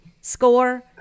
score